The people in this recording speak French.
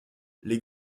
les